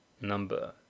Number